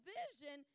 vision